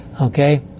Okay